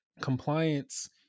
compliance